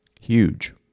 Huge